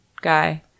guy